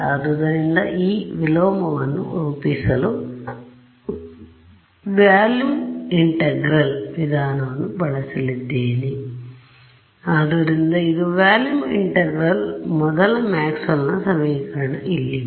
ಆದ್ದರಿಂದ ಈ ವಿಲೋಮವನ್ನು ರೂಪಿಸಲು ವಾಲ್ಯುಮ್ ಇಂಟೆಗ್ರಲ್ ವಿಧಾನವನ್ನು ಬಳಸಲಿದ್ದೇವೆ ಉಲ್ಲೇಖ ಸಮಯ 0105 ಆದ್ದರಿಂದ ಇದು ವಾಲ್ಯುಮ್ ಇಂಟೆಗ್ರಲ್ ಮೊದಲ ಮ್ಯಾಕ್ಸ್ವೆಲ್ನ ಸಮೀಕರಣ ಇಲ್ಲಿವೆ